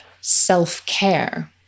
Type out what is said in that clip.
self-care